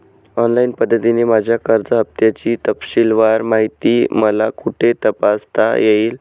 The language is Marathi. ऑनलाईन पद्धतीने माझ्या कर्ज हफ्त्याची तपशीलवार माहिती मला कुठे तपासता येईल?